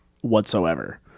whatsoever